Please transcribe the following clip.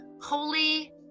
Holy